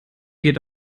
geht